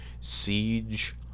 Siege